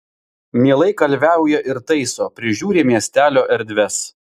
mielai kalviauja ir taiso prižiūri miestelio erdves